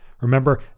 Remember